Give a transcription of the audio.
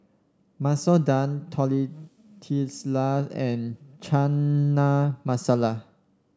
Masoor Dal Tortillas and Chana Masala